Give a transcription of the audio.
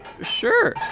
Sure